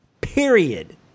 period